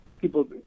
People